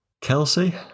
Kelsey